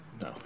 no